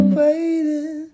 waiting